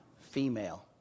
female